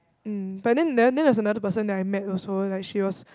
um but then then there was another person that I met also like she was